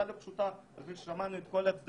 החלטה לא פשוטה לפתוח לאחר ששמענו את כל הצדדים,